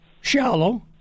shallow